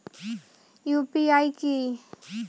UPI কি?